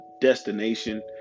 destination